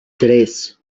tres